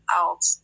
out